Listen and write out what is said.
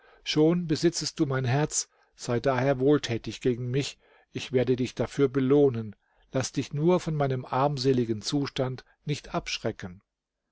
schon besitzest du mein herz sei daher wohltätig gegen mich ich werde dich dafür belohnen laß dich nur von meinem armseligen zustand nicht abschrecken